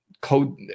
code